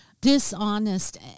dishonest